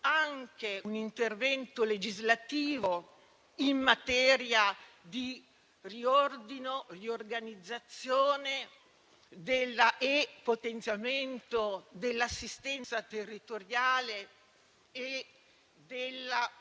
anche un intervento legislativo in materia di riordino, riorganizzazione e potenziamento dell'assistenza territoriale e